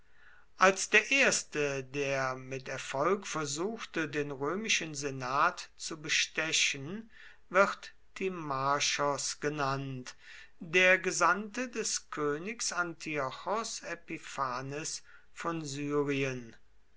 als der erste der mit erfolg versuchte den römischen senat zu bestechen wird timarchos genannt der gesandte des königs antiochos epiphanes von syrien